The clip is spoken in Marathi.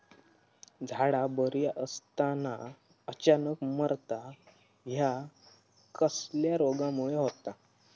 झाडा बरी असताना अचानक मरता हया कसल्या रोगामुळे होता?